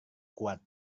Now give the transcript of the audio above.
kuat